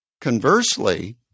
conversely